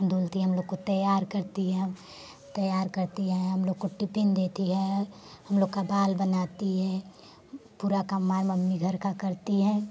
धुलती है हम लोग को तैयार करती है तैयार करती है हम लोग को टिपिन देती है हम लोग का बाल बनाती है पूरा काम हमार मम्मी घर का करती हैं